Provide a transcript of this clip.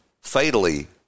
fatally